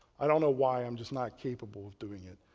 i don't know why i'm just not capable of doing it,